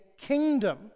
kingdom